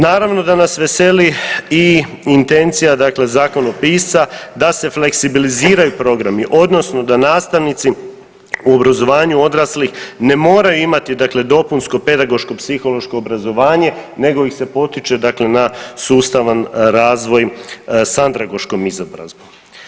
Naravno da nas veseli i intencija, dakle zakonopisca da se fleksibiliziraju programi, odnosno da nastavnici u obrazovanju odraslih ne moraju imati dakle dopunsko pedagoško psihološko obrazovanje, nego ih se potiče, dakle na sustavan razvoj sa andragoškom izobrazbom.